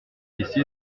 ici